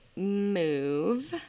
Move